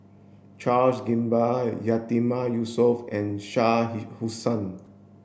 Charles Gamba Yatiman Yusof and Shah he Hussain